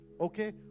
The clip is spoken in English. okay